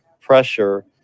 pressure